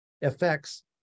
effects